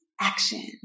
action